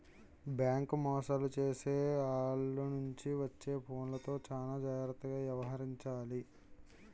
bank మోసాలు చేసే ఆల్ల నుంచి వచ్చే ఫోన్లతో చానా జాగర్తగా యవహరించాలి